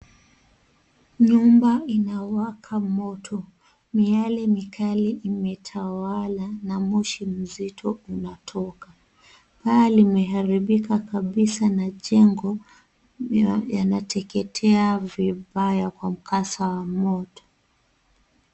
Nyumba inawaka moto, miale mikali imetawala na moshi mzito unatoka. Paa limeharibika kabisa na jengo yanateketea vibaya kwa mkasa wa moto.